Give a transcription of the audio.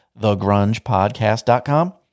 thegrungepodcast.com